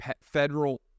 federal